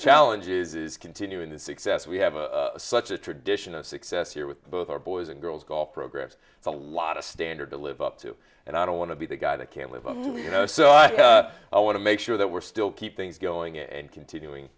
challenges is continuing the success we have a such a tradition of success here with both our boys and girls golf programs it's a lot of standard to live up to and i don't want to be the guy that can live a movie you know so i want to make sure that we're still keep things going and continuing